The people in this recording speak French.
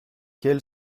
quelle